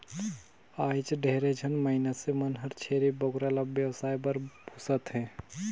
आयज ढेरे झन मइनसे मन हर छेरी बोकरा ल बेवसाय बर पोसत हें